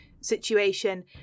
situation